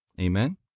Amen